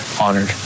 honored